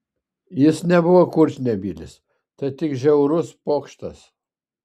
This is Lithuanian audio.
jis nebuvo kurčnebylis tai tik žiaurus pokštas